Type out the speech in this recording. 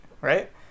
right